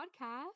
podcast